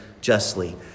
justly